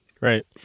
Right